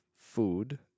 food